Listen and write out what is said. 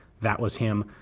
that was him.